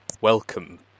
Welcome